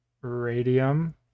radium